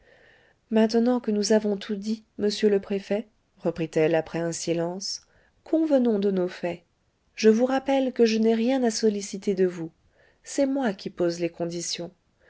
maintenant que nous avons tout dit monsieur le préfet reprit-elle après un silence convenons de nos faits je vous rappelle que je n'ai rien à solliciter de vous c'est moi qui pose les conditions